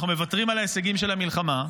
אנחנו מוותרים על ההישגים של המלחמה,